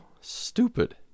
stupid